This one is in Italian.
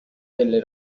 delle